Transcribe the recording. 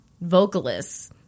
vocalists